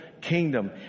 kingdom